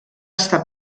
estar